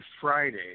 Friday